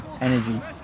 energy